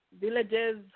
villages